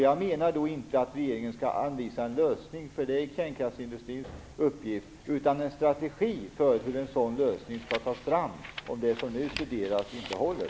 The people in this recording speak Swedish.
Jag menar då inte att regeringen skall anvisa en lösning, för det är kärnkraftsindustrin uppgift, utan en strategi för hur en sådan lösning skall tas fram om det som nu studeras inte håller.